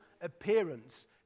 appearance